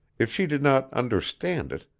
if she did not understand it,